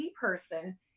person